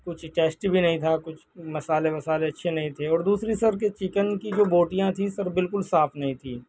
کچھ ٹیسٹی بھی نہیں تھا کچھ مصالحے وسالے اچھے نہیں تھے اور دوسری سر چکن کی جو بوٹیاں تھیں سر بالکل صاف نہیں تھیں